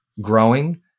growing